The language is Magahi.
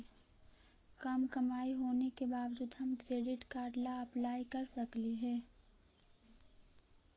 कम कमाई होने के बाबजूद हम क्रेडिट कार्ड ला अप्लाई कर सकली हे?